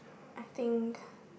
I think